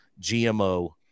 GMO